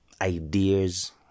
ideas